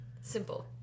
Simple